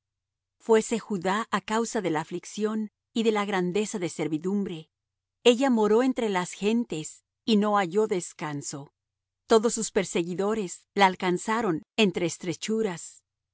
fuése judá a causa de la aflicción y de la grandeza de servidumbre ella moró entre las gentes y no halló descanso todos sus perseguidores la alcanzaron entre estrechuras las